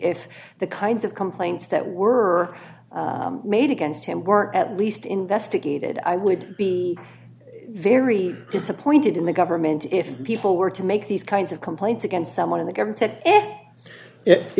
if the kinds of complaints that were made against him were at least investigated i would be very disappointed in the government if people were to make these kinds of complaints against someone of the